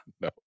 No